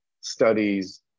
studies